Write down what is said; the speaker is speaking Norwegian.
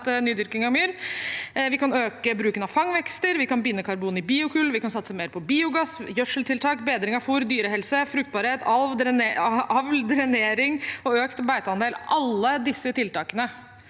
nydyrking av myr. Vi kan øke bruken av fangvekster, vi kan binde karbon i biokull, vi kan satse mer på biogass, gjødseltiltak, bedring av fôr, dyrehelse, fruktbarhet, avl, drenering og økt beiteandel. Alle disse tiltakene